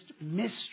mystery